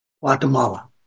Guatemala